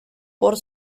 por